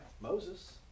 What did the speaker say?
moses